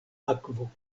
akvo